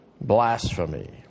blasphemy